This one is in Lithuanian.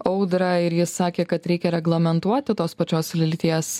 audrą ir jis sakė kad reikia reglamentuoti tos pačios lyties